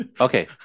okay